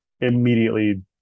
immediately